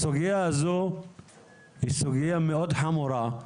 הסוגיה הזו היא סוגיה מאוד חמורה,